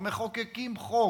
מחוקקים חוק.